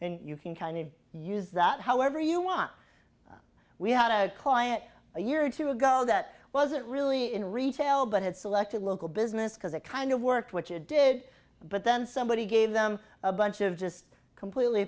then you can kind of use that however you want we had a quiet a year or two ago that wasn't really in retail but had selected local business because it kind of worked which it did but then somebody gave them a bunch of just completely